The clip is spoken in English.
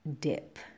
dip